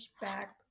back